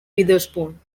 witherspoon